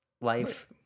life